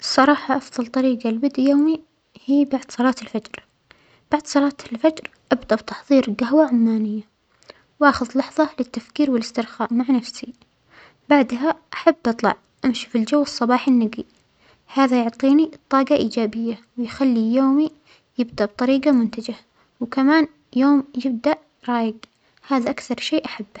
الصراحة أفظل طريجة لبدء يومى هى بعد صلاة الفجر، بعد صلاة الفجر أبدأ بتحظير جهوة عمانية وأخذ لحظة للتفكير و الإسترخاء مع نفسى، بعدها أحب أطلع أمشى في الجو الصباحي النقى، هذا يعطينى طاقة إيجابية ويخلى يومى يبدأ بطريقة منتجة، وكمان يوم يبدأ رايق، هذا أكثر شيء أحبه